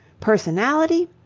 personality?